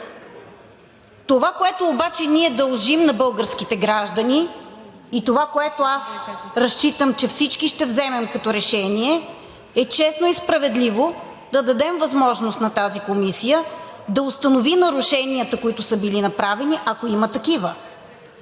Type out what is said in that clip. обаче, което ние дължим на българските граждани, и това, което аз разчитам, че всички ще вземем като решение, е честно и справедливо да дадем възможност на тази комисия да установи нарушенията, които са били направени, ако има такива.